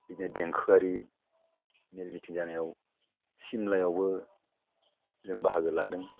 बिदिनो देंखोआरि मेल मिथिं जानायाव सिमलायावबो जों बाहागो लादों